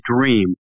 dream